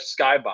skybox